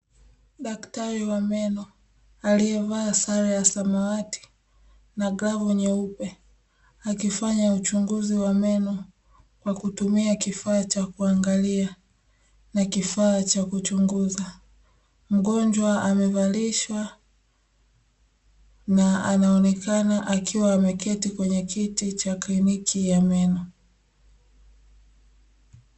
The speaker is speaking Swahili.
Daktar w a meno aliyevaa sare ya samawati na glovu nyeupe, akifanya auchunguzi wa meno kwa kutumia akifaa cha kuangalia na kifaa cha kuchunguza. Mgonjwa amevalishwa na anaonekana akiwa ameketi kwenye kiti cha kliniki ya meno.